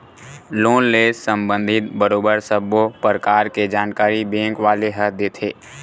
loan ले संबंधित बरोबर सब्बो परकार के जानकारी बेंक वाले ह देथे